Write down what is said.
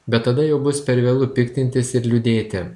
bet tada jau bus per vėlu piktintis ir liūdėti